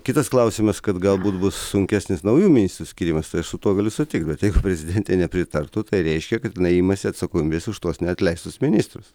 kitas klausimas kad galbūt bus sunkesnis naujų ministrų skyrimas tai aš su tuo galiu sutikt bet jeigu prezidentė nepritartų tai reiškia kad jinai imasi atsakomybės už tuos neatleistus ministrus